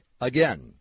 Again